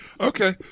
Okay